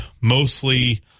mostly